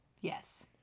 yes